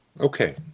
Okay